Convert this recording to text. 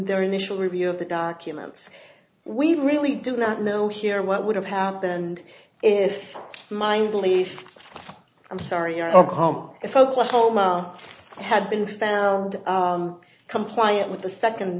their initial review of the documents we really do not know here what would have happened if my belief i'm sorry of home if oklahoma had been found compliant with the second